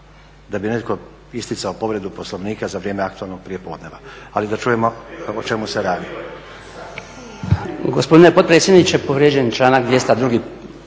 da bi netko isticao povredu Poslovnika za vrijeme aktualnog prijepodneva ali da čujemo o čemu se radi. **Bačić, Branko